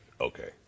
Okay